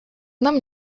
нам